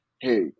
hey